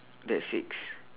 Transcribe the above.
that's six